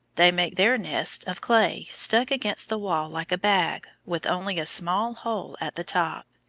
they make their nests of clay stuck against the wall like a bag, with only a small hole at the top.